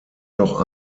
noch